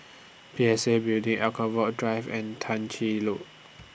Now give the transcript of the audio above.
P S A Building Anchorvale A Drive and Tah Ching load